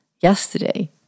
yesterday